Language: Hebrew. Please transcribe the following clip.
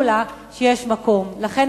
רבותי,